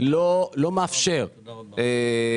לא מסוגלים לעשות